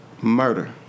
Murder